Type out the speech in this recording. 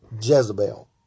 Jezebel